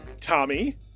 Tommy